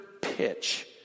pitch